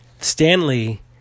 stanley